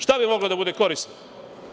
Šta bi moglo da bude korisno?